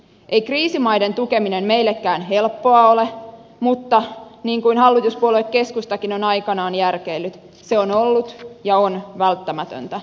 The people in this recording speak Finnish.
ei kriisimaiden tukeminen meillekään helppoa ole mutta niin kuin hallituspuolue keskustakin on aikanaan järkeillyt se on ollut ja on välttämätöntä